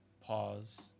pause